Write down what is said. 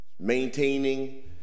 Maintaining